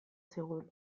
zigun